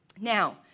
Now